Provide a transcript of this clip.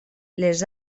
les